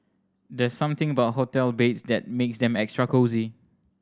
there's something about hotel beds that makes them extra cosy